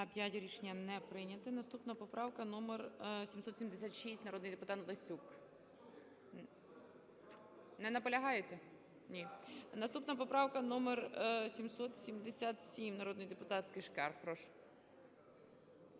За-5 Рішення не прийнято. Наступна поправка - номер 776, народний депутат Лесюк. Не наполягаєте? Ні. Наступна поправка - номер 777, народний депутат Кишкар. Прошу.